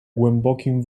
głębokim